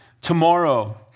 tomorrow